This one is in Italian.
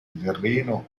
terreno